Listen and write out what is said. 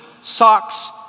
socks